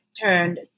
turned